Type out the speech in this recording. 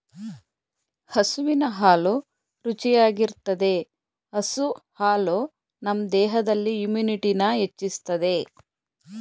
ಹಸುವಿನ ಹಾಲು ರುಚಿಯಾಗಿರ್ತದೆ ಹಸು ಹಾಲು ನಮ್ ದೇಹದಲ್ಲಿ ಇಮ್ಯುನಿಟಿನ ಹೆಚ್ಚಿಸ್ತದೆ